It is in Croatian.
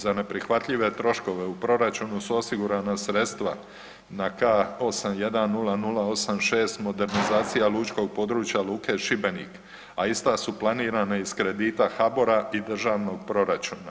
Za neprihvatljive troškove u proračunu su osigurana sredstva na K810086 modernizacija lučkog područja Luke Šibenik, a ista su planirana iz kredita HBOR-a i državnog proračuna.